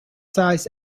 sized